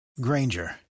Granger